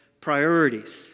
priorities